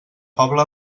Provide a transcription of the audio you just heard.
pobla